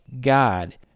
God